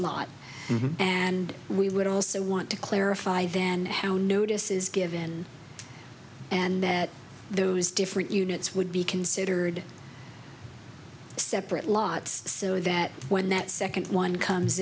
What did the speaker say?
lot and we would also want to clarify then how notice is given and that those different units would be considered separate lots so that when that second one comes